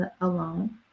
alone